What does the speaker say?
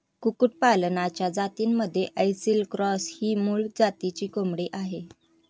कुक्कुटपालनाच्या जातींमध्ये ऐसिल क्रॉस ही मूळ जातीची कोंबडी आहे